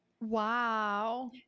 Wow